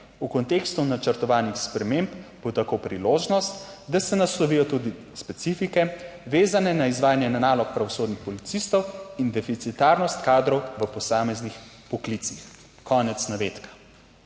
V kontekstu načrtovanih sprememb bo tako priložnost, da se naslovijo tudi specifike, vezane na izvajanje nalog pravosodnih policistov in deficitarnost kadrov v posameznih poklicih." - konec navedka.